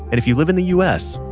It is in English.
and if you live in the us,